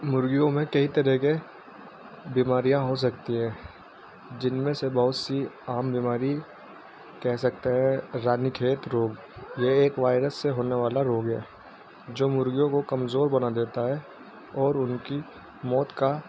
مرغیوں میں کئی طرح کے بیماریاں ہو سکتی ہیں جن میں سے بہت سی عام بیماری کہہ سکتے ہیں رانی کھیت روگ یہ ایک وائرس سے ہونے والا روگ ہے جو مرغیوں کو کمزور بنا دیتا ہے اور ان کی موت کا